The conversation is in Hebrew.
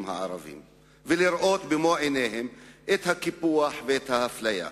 הערביים ולראות במו-עיניהם את הקיפוח ואת האפליה,